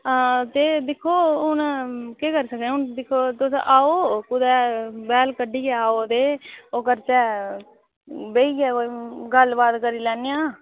हां ते दिक्खो हून केह् करी सकने हून दिक्खो तुस आओ कुतै बैह्ल कड्ढियै आओ ते ओह् करचै बेहियै कोई गल्ल बात करी लैन्ने आं